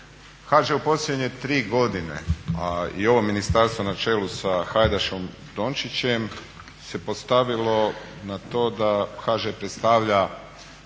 HŽ u posljednje 3 godine a i ovo ministarstvo na čelu sa Hajdaš Dončićem se postavilo na to da HŽ predstavlja